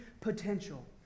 potential